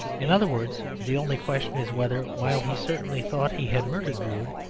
in other words the only question is whether, while he certainly thought he had murdered drood,